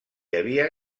havia